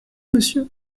monsieur